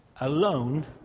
alone